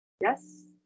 Yes